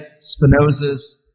Spinoza's